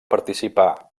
participar